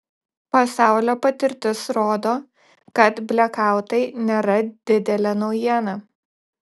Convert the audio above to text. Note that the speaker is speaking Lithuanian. pasaulio patirtis rodo kad blekautai nėra didelė naujiena